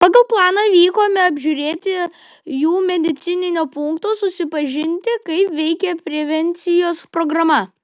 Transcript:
pagal planą vykome apžiūrėti jų medicininio punkto susipažinti kaip veikia prevencijos programa